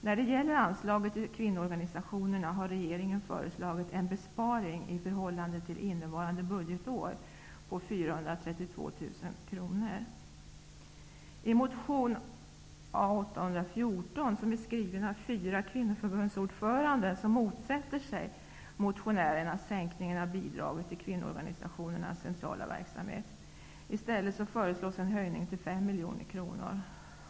När det gäller anslaget till kvinnoorganisationerna har regeringen föreslagit en besparing i förhållande till innevarande budgetår på 432 000 kronor. stället föreslås en höjning till 5 miljoner kronor.